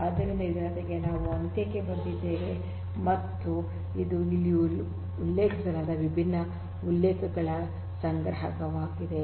ಆದ್ದರಿಂದ ಇದರೊಂದಿಗೆ ನಾವು ಅಂತ್ಯಕ್ಕೆ ಬಂದಿದ್ದೇವೆ ಮತ್ತು ಇದು ಇಲ್ಲಿ ಉಲ್ಲೇಖಿಸಲಾದ ವಿಭಿನ್ನ ಉಲ್ಲೇಖಗಳ ಸಂಗ್ರಹವಾಗಿದೆ